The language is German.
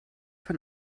von